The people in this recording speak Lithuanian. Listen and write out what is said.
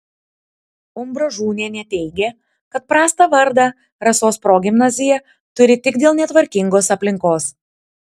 umbražūnienė teigė kad prastą vardą rasos progimnazija turi tik dėl netvarkingos aplinkos